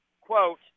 quote